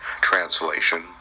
translation